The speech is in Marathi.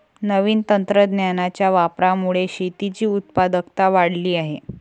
नवीन तंत्रज्ञानाच्या वापरामुळे शेतीची उत्पादकता वाढली आहे